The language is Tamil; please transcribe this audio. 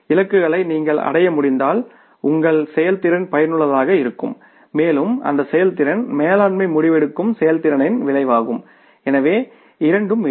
இலக்குகளை நீங்கள் அடைய முடிந்தால் உங்கள் செயல்திறன் பயனுள்ளதாக இருக்கும் மேலும் அந்த செயல்திறன் மேலாண்மை முடிவெடுக்கும் செயல்திறனின் விளைவாகும் எனவே இரண்டும் இருக்கும்